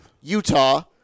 Utah